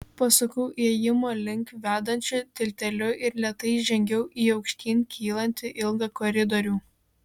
pasukau įėjimo link vedančiu tilteliu ir lėtai įžengiau į aukštyn kylantį ilgą koridorių